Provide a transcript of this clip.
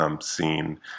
scene